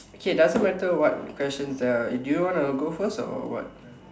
okay doesn't matter what questions they are do you want go first or what